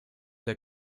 der